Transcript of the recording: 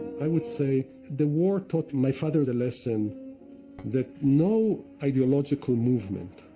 i would say the war taught my father the lesson that no ideological movement,